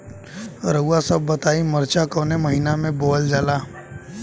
रउआ सभ बताई मरचा कवने महीना में बोवल जाला?